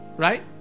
Right